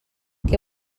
què